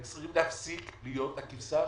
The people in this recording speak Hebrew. הם צריכים להפסיק להיות הכבשה השחורה.